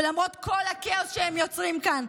ולמרות כל הכאוס שהם יוצרים כאן,